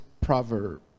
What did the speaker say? proverb